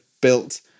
built